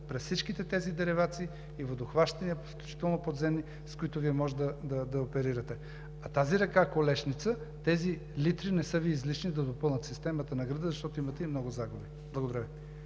през всичките тези деривации и водохващания, включително подземни, с които Вие може да оперирате. А тази река Колешница, тези литри не са Ви излишни да допълнят системата на града, защото имате и много загуби. Благодаря Ви.